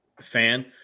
fan